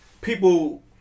people